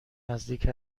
نزدیک